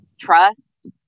trust